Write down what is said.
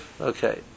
Okay